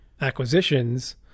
acquisitions